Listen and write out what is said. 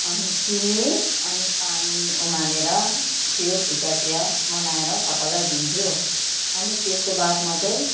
अनि चिनी अनि पानी उमालेर त्यो फिका चिया बनाएर सबैलाई दिन्छु अनि त्यसको बादमा चाहिँ